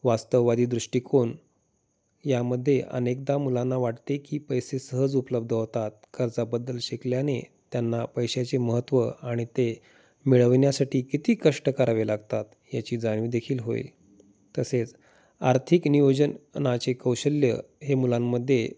वास्तववादी दृष्टिकोन यामध्ये अनेकदा मुलांना वाटते की पैसे सहज उपलब्ध होतात खर्चाबद्दल शिकल्याने त्यांना पैशाचे महत्त्व आणि ते मिळविण्यासाठी किती कष्ट करावे लागतात याची जाणीव देखील होईल तसेच आर्थिक नियोजनाचे कौशल्य हे मुलांमध्ये